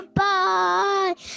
bye